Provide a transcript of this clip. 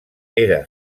era